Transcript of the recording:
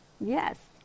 Yes